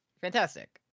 fantastic